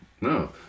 no